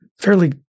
fairly